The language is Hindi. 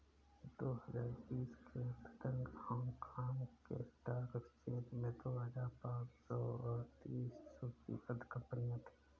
दो हजार बीस के अंत तक हांगकांग के स्टॉक एक्सचेंज में दो हजार पाँच सौ अड़तीस सूचीबद्ध कंपनियां थीं